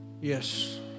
Yes